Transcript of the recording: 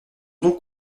donc